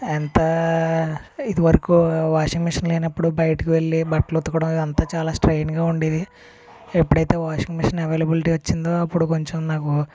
ఎంత ఇది వరకు వాషింగ్ మిషన్ లేనప్పుడు బయటకు వెళ్లి బట్టలు ఉతకడం ఇది అంతా చాలా స్ట్రైన్ గా ఉండేది ఎప్పుడైతే వాషింగ్ మిషన్ అవైలబులిటీ వచ్చిందో అప్పుడు కొంచెం నాకు